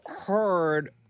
heard